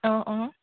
অঁ অঁ